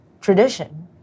tradition